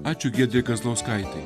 ačiū giedrei kazlauskaitei